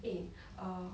eh err